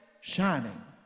shining